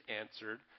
answered